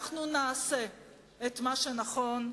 אנחנו נעשה את מה שנכון,